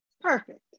Perfect